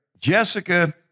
Jessica